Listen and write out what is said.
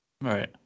Right